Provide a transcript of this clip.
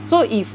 so if